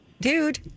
dude